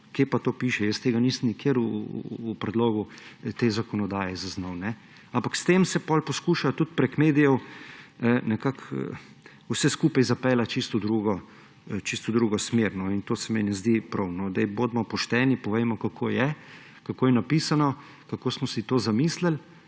kje pa to piše? Jaz tega nisem nikjer v predlogu te zakonodaje zaznal. Ampak s tem se potem poskuša tudi preko medijev nekako vse skupaj zapeljati čisto v drugo smer in to se mi ne zdi prav. Bodimo pošteni, povejmo, kako je, kako je napisano, kako smo si to zamislili.